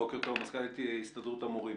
בוקר טוב, מזכ"לית הסתדרות המורים.